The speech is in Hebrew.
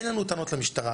אין לנו טענות למשטרה.